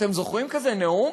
אתם זוכרים כזה נאום?